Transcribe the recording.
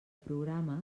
programa